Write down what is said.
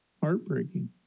heartbreaking